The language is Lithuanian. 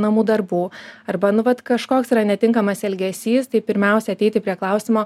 namų darbų arba nu vat kažkoks yra netinkamas elgesys tai pirmiausia ateiti prie klausimo